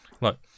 Look